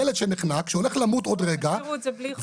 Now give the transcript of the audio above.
ילד שנחנק שהולך למות עוד רגע והחשש